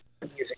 music